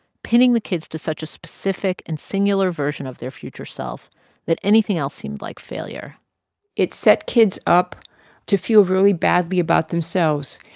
pinning the kids to such a specific and singular version of their future self that anything else seemed like failure it set kids up to feel really badly about themselves.